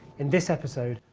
in this episode,